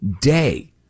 day